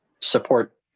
support